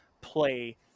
play